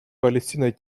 палестиной